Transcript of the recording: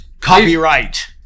Copyright